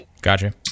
Gotcha